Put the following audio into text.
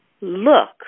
Look